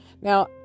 Now